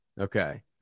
okay